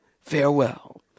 farewell